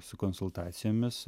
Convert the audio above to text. su konsultacijomis